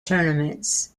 tournaments